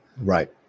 Right